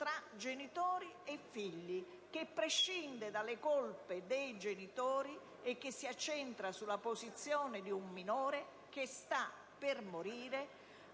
Grazie,